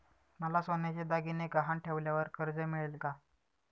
मला सोन्याचे दागिने गहाण ठेवल्यावर कर्ज मिळेल का?